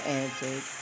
answered